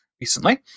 recently